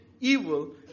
evil